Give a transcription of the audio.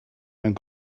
mewn